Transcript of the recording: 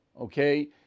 okay